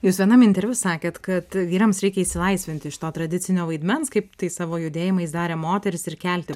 jūs vienam interviu sakėt kad vyrams reikia išsilaisvinti iš to tradicinio vaidmens kaip tai savo judėjimais darė moterys ir kelti